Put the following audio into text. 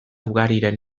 ugariren